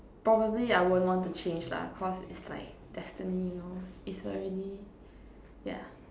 probably I won't want to change lah cause is like destiny you know it's already yeah